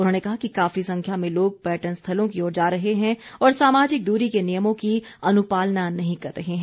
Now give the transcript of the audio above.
उन्होंने कहा कि काफी संख्या में लोग पर्यटन स्थलों की ओर जा रहे हैं और सामाजिक दूरी के नियमों की अनुपालना नहीं कर रहे हैं